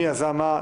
על מי יזם מה,